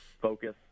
focus